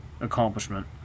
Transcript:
accomplishment